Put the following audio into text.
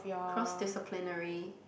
cross disciplinary